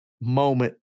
moment